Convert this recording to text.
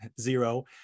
zero